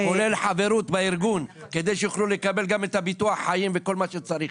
כולל חברות בארגון כדי שיוכלו לקבל גם את ביטוח החיים וכל מה שצריך,